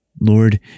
Lord